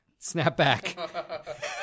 Snapback